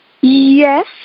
Yes